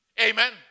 Amen